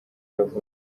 yavutse